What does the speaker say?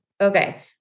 Okay